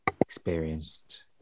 experienced